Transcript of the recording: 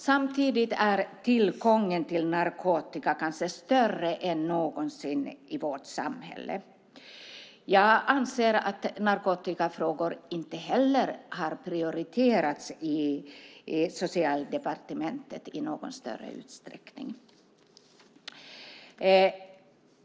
Samtidigt är tillgången till narkotika kanske större än någonsin i vårt samhälle. Jag anser att narkotikafrågor inte heller har prioriterats i Socialdepartementet i någon större utsträckning.